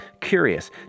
curious